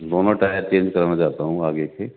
دونوں tyre change کرانا چاہتا ہوں آگے کے